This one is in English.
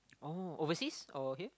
oh overseas or here